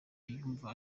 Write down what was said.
yumva